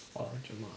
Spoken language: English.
orh drama